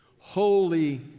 holy